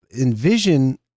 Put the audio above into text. envision